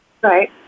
Right